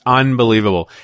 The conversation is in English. unbelievable